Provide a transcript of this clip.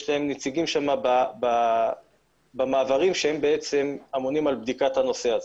להם נציגים במעברים שהם אמונים על בדיקת הנושא הזה.